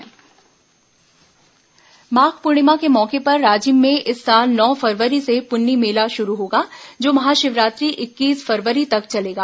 राजिम पुन्नी मेला माघ पूर्णिमा के मौके पर राजिम में इस साल नौ फरवरी से पून्नी मेला शुरू होगा जो महाशिवरात्रि इक्कीस फरवरी तक चलेगा